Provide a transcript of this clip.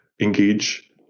engage